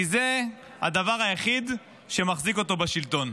כי זה הדבר היחיד שמחזיק אותו בשלטון.